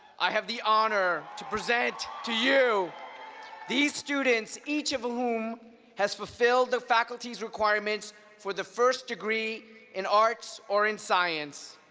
i have the honor to present to you these students, each of whom has fulfilled the faculty's requirements for the first degree in arts or in science.